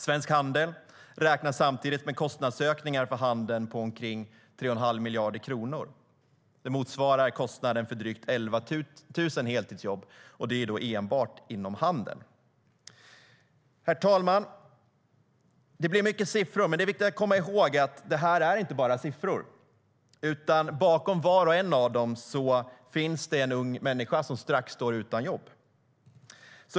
Svensk Handel räknar samtidigt med kostnadsökningar för handeln på omkring 3 1⁄2 miljard kronor. Det motsvarar kostnaden för drygt 11 000 heltidsjobb, enbart inom handeln. Herr talman! Det blir mycket siffror, men det är viktigt att komma ihåg att det här inte bara är siffror. Bakom var och en av dem finns det en ung människa som strax står utan jobb.